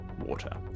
Water